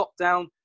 lockdown